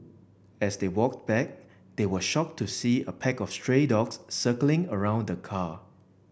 as they walked back they were shocked to see a pack of stray dogs circling around the car